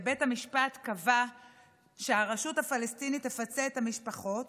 ובית המשפט קבע שהרשות הפלסטינית תפצה את המשפחות,